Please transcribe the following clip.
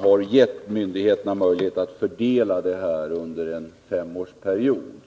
har ju också gett myndigheterna möjlighet att fördela besparingarna på en femårsperiod.